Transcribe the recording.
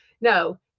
No